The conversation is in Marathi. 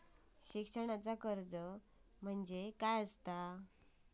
शिक्षणाचा कर्ज म्हणजे काय असा?